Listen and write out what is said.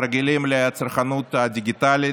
הרגילים לצרכנות הדיגיטלית,